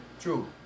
True